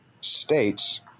states